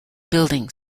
building